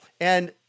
And-